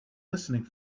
listening